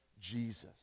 Jesus